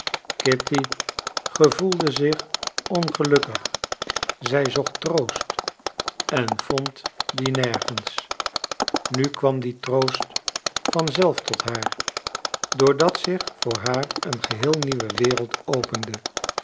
kitty gevoelde zich ongelukkig zij zocht troost en vond dien nergens nu kwam die troost van zelf tot haar doordat zich voor haar een geheel nieuwe wereld opende